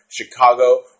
Chicago